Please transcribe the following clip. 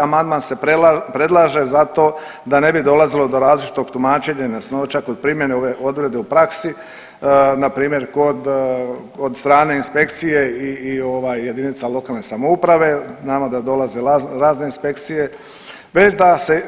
Amandman se predlaže zato da ne bi dolazilo do različitog tumačenja nejasnoća kod primjene ove odredbe u praksi, npr. kod, od strane inspekcije i ovaj, jedinica lokalne samouprave, znamo da dolaze razne inspekcije bez da se